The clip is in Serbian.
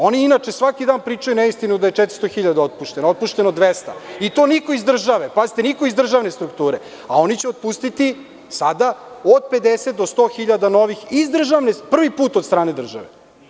Oni inače svaki dan pričaju neistinu da je 400.000 otpušteno, otpušteno je 200.000 i to niko iz državne strukture, a oni će otpustiti sada od 50.000 do 100.000 novih, prvi put od strane države.